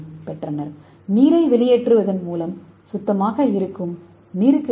அத்தகைய வெளிப்படையான நீருக்கடியில் மேற்பரப்பை உருவாக்குவதற்கு